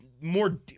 more